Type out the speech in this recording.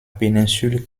péninsule